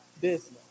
business